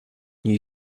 new